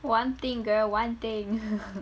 one thing girl one thing